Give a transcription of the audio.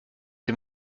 dem